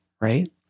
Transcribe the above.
right